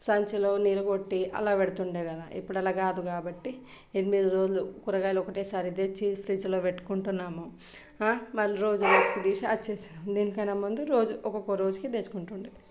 సంచిలో నీళ్ళు కొట్టి అలా పెడుతుండే కదా ఇప్పుడలా కాదు కాబట్టి ఎనిమిది రోజులు కూరగాయలు ఒకటేసారి తెచ్చి ఫ్రిడ్జ్లో పెట్టుకుంటున్నాము మళ్ళీ రోజు రోజుకి తీసి దీనికైనా ముందు రోజు ఒక్కక్క రోజుకి తెచ్చుకుంటుండే